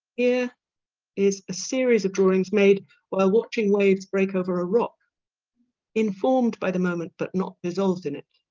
here is a series of drawings made while watching waves break over a rock informed by the moment but not dissolved in it